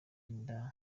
inda